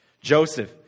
joseph